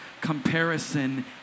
comparison